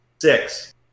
Six